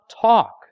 talk